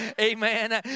Amen